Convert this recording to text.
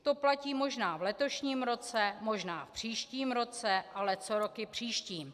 To platí možná v letošním roce, možná v příštím roce ale co roky příští?